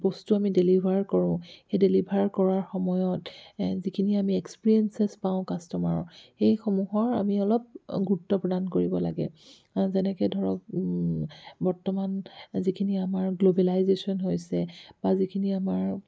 বস্তু আমি ডেলিভাৰ কৰোঁ সেই ডেলিভাৰ কৰাৰ সময়ত যিখিনি আমি এক্সপেৰিয়েঞ্চেছ পাওঁ কাষ্টমাৰৰ সেইসমূহৰ আমি অলপ গুৰুত্ব প্ৰদান কৰিব লাগে যেনেকৈ ধৰক বৰ্তমান যিখিনি আমাৰ গ্ল'বেলাইজেশ্যন হৈছে বা যিখিনি আমাৰ